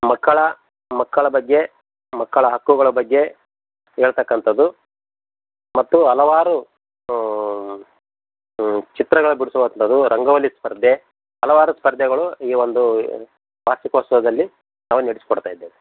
ಮಕ್ಕಳ ಮಕ್ಕಳ ಬಗ್ಗೆ ಮಕ್ಕಳ ಹಕ್ಕುಗಳ ಬಗ್ಗೆ ಹೇಳತಕ್ಕಂಥದ್ದು ಮತ್ತು ಹಲವಾರು ಚಿತ್ರಗಳ ಬಿಡ್ಸುವಂಥದ್ದು ರಂಗೋಲಿ ಸ್ಪರ್ಧೆ ಹಲವಾರು ಸ್ಪರ್ಧೆಗಳು ಈ ಒಂದು ವಾರ್ಷಿಕೋತ್ಸವದಲ್ಲಿ ನಾವು ನಡ್ಸಿಕೊಡ್ತಾ ಇದ್ದೇವೆ